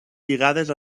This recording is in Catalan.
lligades